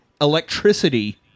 electricity